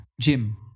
Jim